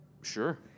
Sure